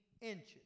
inches